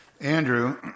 Andrew